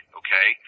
okay